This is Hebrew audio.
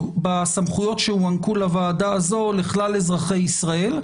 בסמכויות שהוענקו לוועדה הזו לכלל אזרחי ישראל,